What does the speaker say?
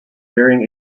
varying